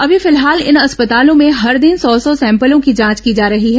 अभी फिलहाल इन अस्पतालों में हर दिन सौ सौ सैंपलों की जांच की जा रही है